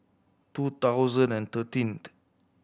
two thousand and thirteenth